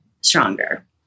stronger